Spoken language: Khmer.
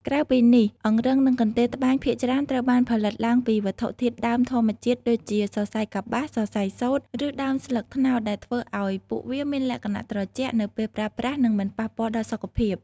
ក្រៅពីនេះ អង្រឹងនិងកន្ទេលត្បាញភាគច្រើនត្រូវបានផលិតឡើងពីវត្ថុធាតុដើមធម្មជាតិដូចជា សរសៃកប្បាស សរសៃសូត្រ ឬដើមស្លឹកត្នោត ដែលធ្វើឱ្យពួកវាមានលក្ខណៈត្រជាក់នៅពេលប្រើប្រាស់ និងមិនប៉ះពាល់ដល់សុខភាព។